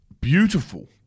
beautiful